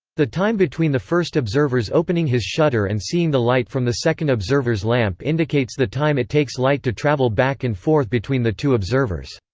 the time between the first observer's opening his shutter and seeing the light from the second observer's lamp indicates the time it takes light to travel back and forth between the two observers.